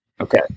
Okay